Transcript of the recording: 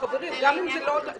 זה לעניין צו.